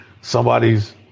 somebody's